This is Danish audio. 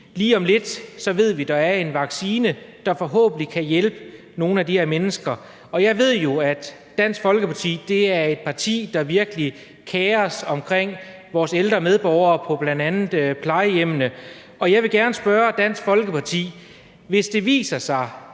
lige om lidt er en vaccine, der forhåbentlig kan hjælpe nogle af de her mennesker, og jeg ved jo, at Dansk Folkeparti er et parti, der virkelig kerer sig om vores ældre medborgere, også på plejehjemmene, og jeg vil gerne spørge Dansk Folkeparti: Hvis det viser sig,